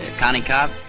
and konny karve?